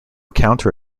counter